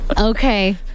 Okay